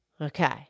Okay